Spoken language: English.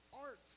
Art